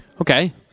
Okay